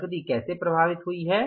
नकदी कैसे प्रभावित हुई है